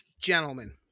Gentlemen